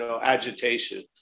agitation